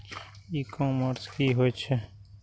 ई commerce की होय छेय?